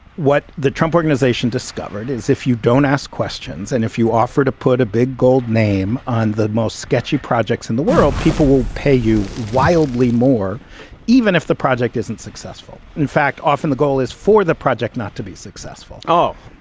what the trump organization discovered is if you don't ask questions and if you offer to put a big gold name on the most sketchy projects in the world, people will pay you wildly more even if the project isn't successful. in fact, often the goal is for the project not to be successful. oh,